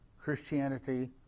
Christianity